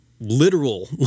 literal